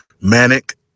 Manic